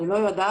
אני לא יודעת.